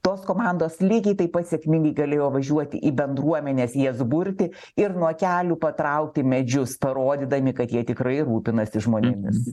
tos komandos lygiai taip pat sėkmingai galėjo važiuoti į bendruomenes jas burti ir nuo kelių patraukti medžius parodydami kad jie tikrai rūpinasi žmonėmis